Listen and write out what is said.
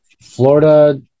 Florida